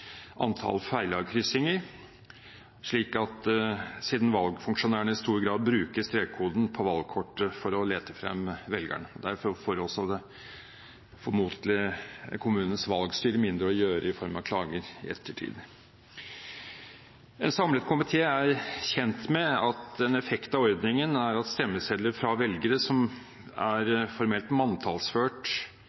antall feilavkryssinger, siden valgfunksjonærene i stor grad bruker strekkoden på valgkortet til å lete frem velgerne. Derfor får formodentlig også kommunens valgstyre mindre å gjøre som følge av klager i ettertid. En samlet komité er kjent med at en effekt av ordningen er at stemmesedler fra velgere som er formelt